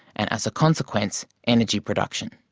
and as a consequence, energy production.